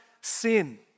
sin